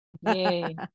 yay